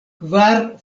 kvar